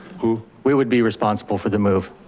who? we would be responsible for the move,